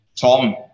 Tom